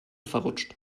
verrutscht